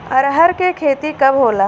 अरहर के खेती कब होला?